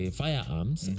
firearms